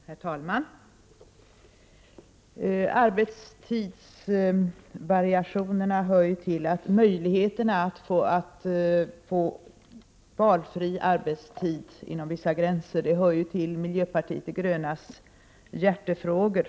Herr talman! Arbetstidsvariationerna och möjligheterna att få valfri arbetstid inom vissa gränser hör till miljöpartiet de grönas hjärtefrågor.